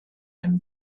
and